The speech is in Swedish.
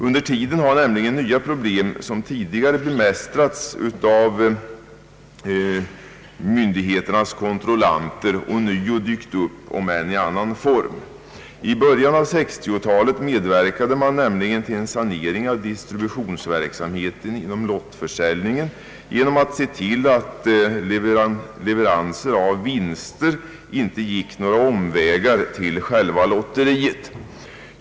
Under tiden har nämligen nya problem som tidigare bemästrats av myndigheternas kontrollanter ånyo dykt upp, om än i annan form, I början av 1960-talet medverkade man till en sanering av «distributionsverksamheten inom lotteriförsäljningen genom att se till att leveranser av vinster inte gick några omvägar till själva lotteriet.